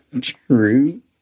true